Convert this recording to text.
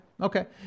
Okay